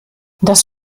das